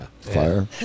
Fire